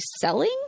selling